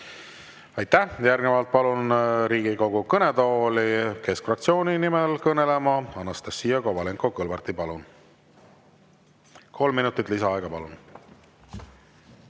Aitäh! Järgnevalt palun Riigikogu kõnetooli keskfraktsiooni nimel kõnelema Anastassia Kovalenko-Kõlvarti. Kolm minutit lisaaega, palun!